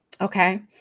Okay